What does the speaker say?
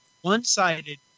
one-sided